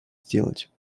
сделать